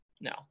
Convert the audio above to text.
no